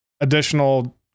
additional